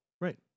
Right